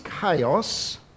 chaos